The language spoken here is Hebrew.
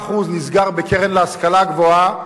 75% נסגר בקרן להשכלה גבוהה,